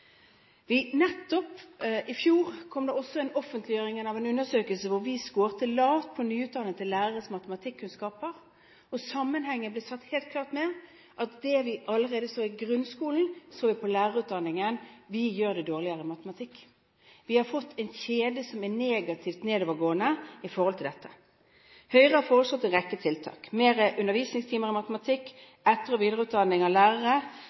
I fjor kom det også en offentliggjøring av en undersøkelse hvor vi scoret lavt på nyutdannede læreres matematikkunnskaper, og sammenhengen ble helt klar: Det vi allerede så i grunnskolen, så vi på lærerutdanningen – vi gjør det dårligere i matematikk. Vi har fått en kjede som er negativt nedovergående på dette feltet. Høyre har foreslått en rekke tiltak: flere undervisningstimer i matematikk, etter- og videreutdanning av lærere,